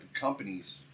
companies